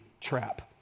trap